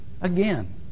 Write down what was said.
again